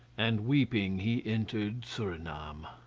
and weeping, he entered surinam.